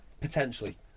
potentially